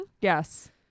yes